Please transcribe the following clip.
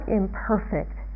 imperfect